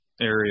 area